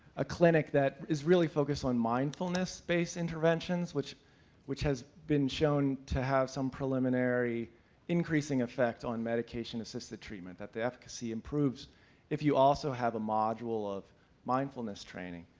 a clinic that is really focused on mindfulness based interventions which which has been shown to have some preliminary increasing effect on medication assisted treatment, that the efficacy improves if you also have a module of mindfulness training.